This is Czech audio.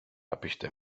napište